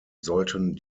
sollten